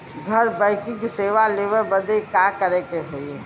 घर बैकिंग सेवा लेवे बदे का करे के होई?